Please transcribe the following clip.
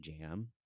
jam